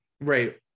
right